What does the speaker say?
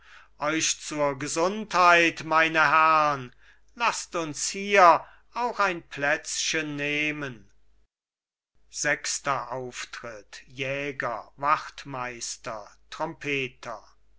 euch zur gesundheit meine herrn laßt uns hier auch ein plätzchen nehmen sechster auftritt jäger wachtmeister trompeter